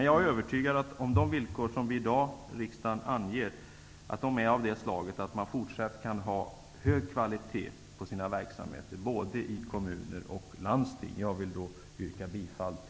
Jag är övertygad om att de villkor som vi i dag i riksdagen anger är av det slaget att både kommuner och landsting fortsatt kan ha hög kvalitet på verksamheten. Jag vill yrka bifall till hemställan i finansutskottets betänkande FiU29.